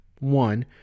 one